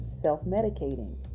self-medicating